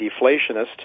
deflationist